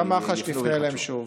גם מח"ש תפנה אליהם שוב.